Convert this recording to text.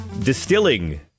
distilling